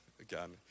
again